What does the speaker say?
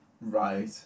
Right